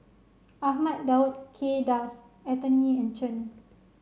Ahmad Daud Kay Das Anthony and Chen